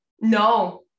No